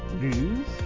news